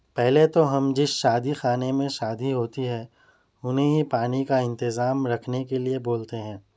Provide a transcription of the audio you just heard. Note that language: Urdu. پہلے تو ہم جس شادی خانے میں شادی ہوتی ہے انہیں ہی پانی کا انتظام رکھنے کے لئے بولتے ہیں